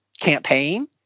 campaign